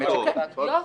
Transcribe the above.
יופי.